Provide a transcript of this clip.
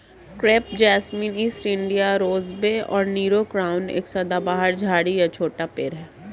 crepe jasmine, East India rosebay और Nero crown एक सदाबहार झाड़ी या छोटा पेड़ है